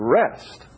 rest